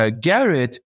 Garrett